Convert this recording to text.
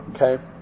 Okay